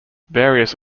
various